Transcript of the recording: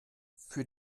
für